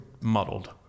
muddled